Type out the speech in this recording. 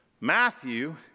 Matthew